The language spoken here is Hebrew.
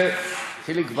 וחיליק בר.